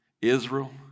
Israel